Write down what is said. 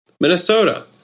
Minnesota